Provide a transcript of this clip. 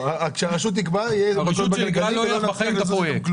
כשהרשות המקומית תקבע היא תשים מקלות בגלגלים ולא יקרה כלום.